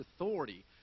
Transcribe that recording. authority